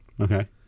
Okay